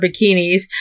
bikinis